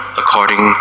according